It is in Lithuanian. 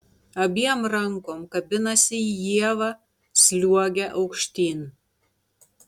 abiem rankom kabinasi į ievą sliuogia aukštyn